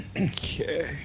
Okay